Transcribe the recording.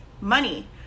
money